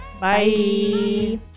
Bye